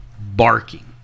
barking